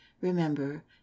remember